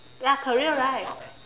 ya career right